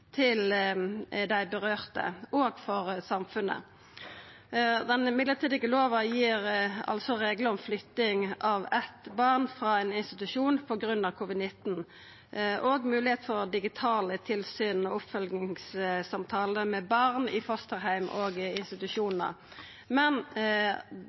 til dei det vedkjem og for samfunnet. Den mellombelse lova gir reglar om flytting av eit barn frå institusjon pga. covid-19 og moglegheit for digitale tilsyn og oppfølgingssamtalar med barn i fosterheim og